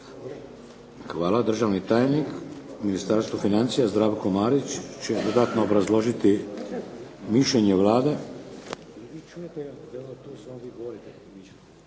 Hvala. Državni tajnik u Ministarstvu financija Zdravko Marić će dodatno obrazložiti mišljenje Vlade.